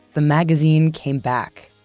the magazine came back,